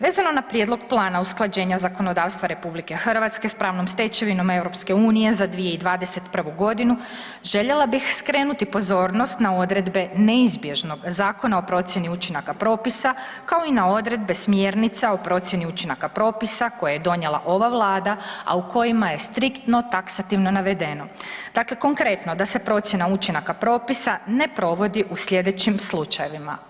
Vezano na prijedlog plana uskađenja zakonodavstva RH s pravnom stečevinom EU za 2021.g. željela bih skrenuti pozornost na odredbe neizbježnog Zakona o procijeni učinaka propisa, kao i na odredbe smjernica o procijeni učinaka propisa koje je donijela ova vlada, a u kojima je striktno taksativno navedeno, dakle konkretno da se procjena učinaka propisa ne provodi u slijedećim slučajevima.